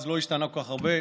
מאז לא השתנה כל כך הרבה,